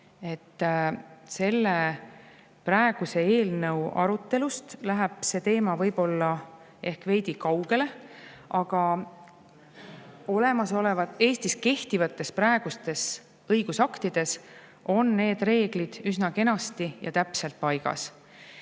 Selle eelnõu arutelust läheb see teema võib-olla ehk veidi kaugele, aga praegustes Eestis kehtivates õigusaktides on need reeglid üsna kenasti ja täpselt paigas.